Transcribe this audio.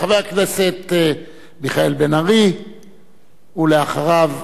חבר הכנסת מיכאל בן ארי, ואחריו,